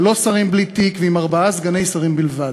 ללא שרים בלי תיק ועם ארבעה סגני שרים בלבד.